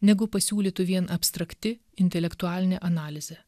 negu pasiūlytų vien abstrakti intelektualinė analizė